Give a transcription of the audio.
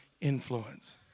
influence